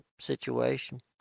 situation